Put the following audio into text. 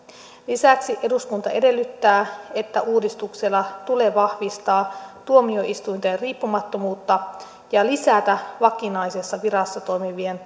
lisäksi eduskunta edellyttää että uudistuksella tulee vahvistaa tuomioistuinten riippumattomuutta ja lisätä vakinaisessa virassa toimivien